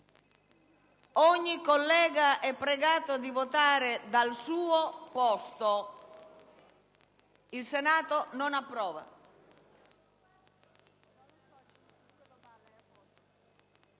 Ogni collega è pregato di votare per sé. **Il Senato non approva.**